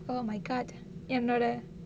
oh my god என்னோட:ennoda